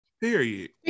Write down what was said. period